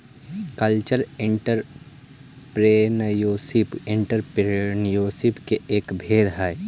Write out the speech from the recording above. cultural entrepreneurship entrepreneurship के एक भेद हई